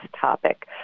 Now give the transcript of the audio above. topic